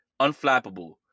unflappable